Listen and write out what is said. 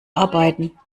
arbeiten